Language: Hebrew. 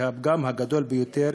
שהוא הפגם הגדול ביותר,